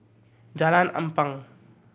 Jalan Ampang